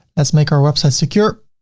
let's make our website secure.